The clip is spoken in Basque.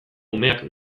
umeak